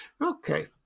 Okay